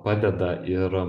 padeda ir